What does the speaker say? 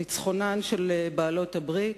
ניצחונן של בעלות-הברית,